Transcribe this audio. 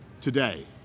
today